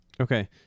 okay